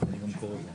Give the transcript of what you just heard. הממלכתיות.